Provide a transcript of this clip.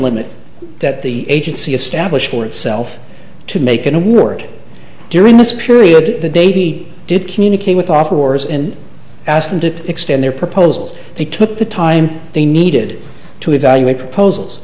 limit that the agency established for itself to make an award during this period the davy did communicate with off wars and asked them to extend their proposals they took the time they needed to evaluate proposals